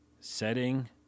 setting